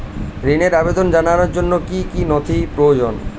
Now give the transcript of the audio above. ঋনের আবেদন জানানোর জন্য কী কী নথি প্রয়োজন?